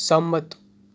સંમત